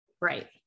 Right